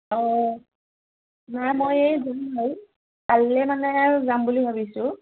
অঁ নাই মই এই যাম বাৰু কাইলৈ মানে যাম বুলি ভাবিছোঁ